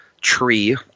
tree